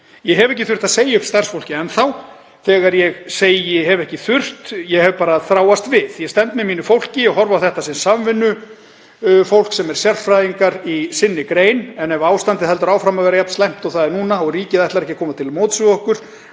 Ég hef ekki þurft að segja upp starfsfólki enn þá. Þegar ég segi ekki þurft, ég hef bara þráast við. Ég stend með mínu fólki, ég horfi á þetta sem samvinnufólk sem er sérfræðingar í sinni grein. En ef ástandið heldur áfram að vera jafn slæmt og það er núna og ríkið ætlar ekki að koma til móts við okkur